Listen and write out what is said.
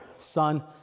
Son